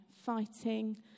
fighting